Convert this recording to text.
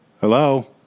Hello